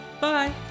Bye